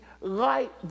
light